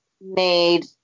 made